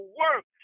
work